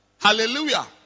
Hallelujah